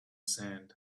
sand